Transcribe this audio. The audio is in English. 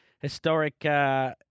historic